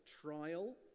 trial